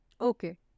Okay